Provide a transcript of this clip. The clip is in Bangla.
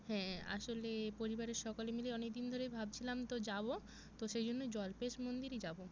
হ্যাঁ আসলে পরিবারের সকলে মিলে অনেকদিন ধরেই ভাবছিলাম তো যাবো তো সেই জন্য ওই জল্পেশ মন্দিরই যাবো